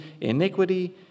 iniquity